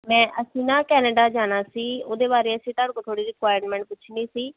ਮੈਂ ਅਸੀਂ ਨਾ ਕੈਨੇਡਾ ਜਾਣਾ ਸੀ ਉਹਦੇ ਬਾਰੇ ਅਸੀਂ ਤੁਹਾਡੇ ਕੋਲ ਥੋੜ੍ਹੀ ਜਿਹੀ ਰਿਕਆਇਰਮੈਂਟ ਪੁੱਛਣੀ ਸੀ